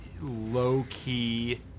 low-key